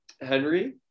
Henry